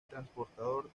transportador